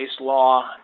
law